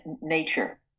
nature